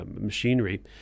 machinery